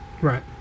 Right